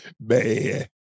Man